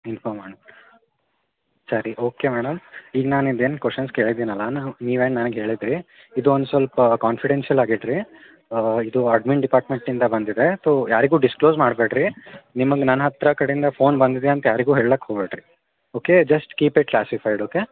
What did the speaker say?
inform ಮಾಡಿ ಸರಿ okay madam ಈಗ ನಾನು ಇದೇನು ಕೊಶ್ಚನ್ಸ್ ಕೇಳಿದ್ದೀನಲ್ಲ ನನ್ಗೆ ನೀವೇನು ನನಗೆ ಹೇಳಿದಿರಿ ಇದೊಂದು ಸ್ವಲ್ಪ ಕಾನ್ಫಿಡೆನ್ಶಿಯಲ್ ಆಗಿ ಇಡಿರಿ ಇದು ಅಡ್ಮಿನ್ ಡೆಪಾರ್ಟ್ಮೆಂಟ್ನಿಂದ ಬಂದಿದೆ ತೊ ಯಾರಿಗೂ ಡಿಸ್ಕ್ಲೋಸ್ ಮಾಡಬೇಡ್ರಿ ನಿಮಗೆ ನನ್ನ ಹತ್ತಿರ ಕಡೆಂದ ಫೋನ್ ಬಂದಿದೆ ಅಂತ ಯಾರಿಗೂ ಹೇಳಕ್ಕೆ ಹೋಗ್ಬೇಡ್ರಿ okay just keep it classified okay